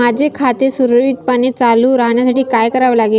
माझे खाते सुरळीतपणे चालू राहण्यासाठी काय करावे लागेल?